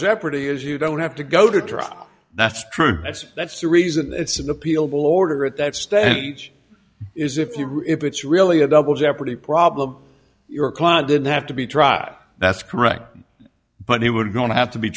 jeopardy is you don't have to go to trial that's true that's that's the reason it's an appeal will order at that stage is if you if it's really a double jeopardy problem your client didn't have to be dry that's correct but they were going to have to be